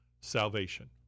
salvation